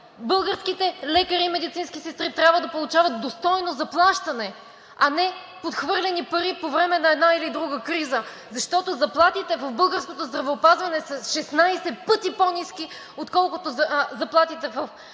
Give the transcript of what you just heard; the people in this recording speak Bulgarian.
Българските лекари и медицински сестри трябва да получават достойно заплащане, а не подхвърлени пари по време на една или друга криза, защото заплатите в българското здравеопазване са 16 пъти по-ниски, отколкото заплатите в Западна Европа.